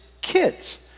kids